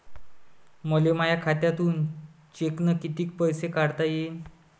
मले माया खात्यातून चेकनं कितीक पैसे काढता येईन?